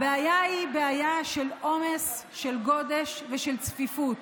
הבעיה היא בעיה של עומס, של גודש ושל צפיפות.